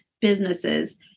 businesses